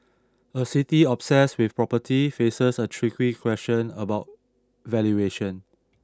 a city obsessed with property faces a tricky question about valuation